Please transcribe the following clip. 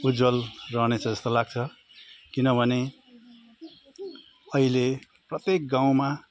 उज्ज्वल रहनेछ जस्तो लाग्छ किनभने अहिले प्रत्येक गाउँमा